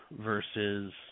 versus